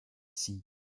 scie